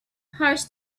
hires